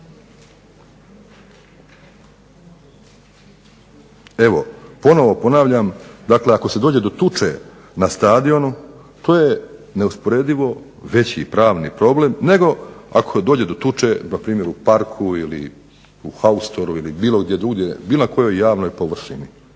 Evo ponovno ponavljam dakle ako se dođe do tuče na stadionu, to je neusporedvo veći pravni problem nego ako dođe do tuče npr. u parku, haustoru bilo gdje drugdje i bilo kojoj javnoj površini.